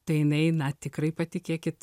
tai jinai na tikrai patikėkit